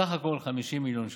בסך הכול 50 מיליון ש"ח.